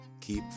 Keep